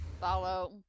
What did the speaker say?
follow